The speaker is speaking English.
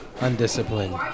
undisciplined